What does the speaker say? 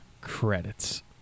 Credits